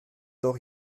doch